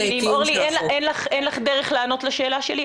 אין לך דרך לענות לשאלה שלי,